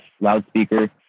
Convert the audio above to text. loudspeaker